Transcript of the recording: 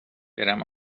برم